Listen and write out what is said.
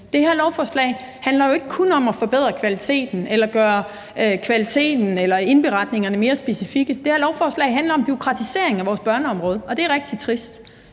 Det her lovforslag handler jo ikke kun om at forbedre kvaliteten eller gøre indberetningerne mere specifikke; det her lovforslag handler om bureaukratisering af vores børneområde, og det er rigtig trist.